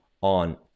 on